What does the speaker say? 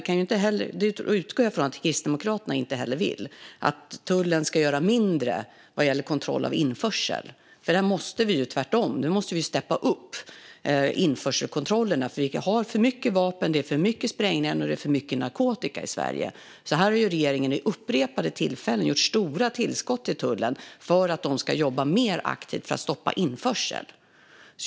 Jag utgår från att Kristdemokraterna inte vill att tullen ska göra mindre vad gäller införselkontrollerna. De måste tvärtom öka. Det är för mycket vapen, för mycket sprängämnen och för mycket narkotika i Sverige. Regeringen har vid upprepade tillfällen gett tullen stora tillskott för att de ska jobba mer aktivt för att stoppa införseln.